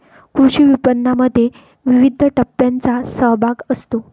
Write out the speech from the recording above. कृषी विपणनामध्ये विविध टप्प्यांचा सहभाग असतो